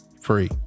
free